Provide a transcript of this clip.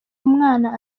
umwana